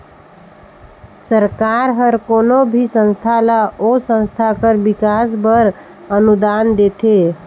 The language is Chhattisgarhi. सरकार हर कोनो भी संस्था ल ओ संस्था कर बिकास बर अनुदान देथे